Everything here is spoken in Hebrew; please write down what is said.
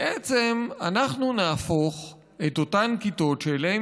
בעצם אנחנו נהפוך את אותן כיתות שאליהן